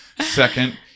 second